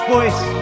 Voice